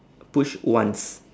push once